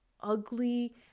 ugly